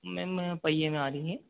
ma'am ये पहिये में आ रही है